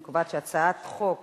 אני קובעת שהצעת חוק